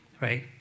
Right